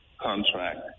contract